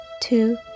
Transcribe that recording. two